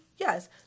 Yes